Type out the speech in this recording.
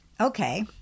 Okay